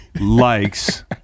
likes